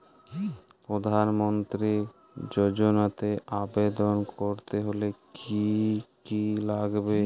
প্রধান মন্ত্রী যোজনাতে আবেদন করতে হলে কি কী লাগবে?